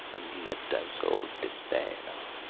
and let thy soul despair!